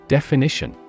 Definition